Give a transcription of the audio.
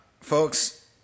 Folks